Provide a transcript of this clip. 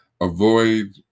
Avoid